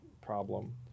problem